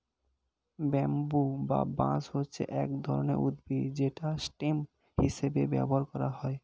bamboo বা বাঁশ হচ্ছে এক রকমের উদ্ভিদ যেটা স্টেম হিসেবে ব্যবহার করা হয়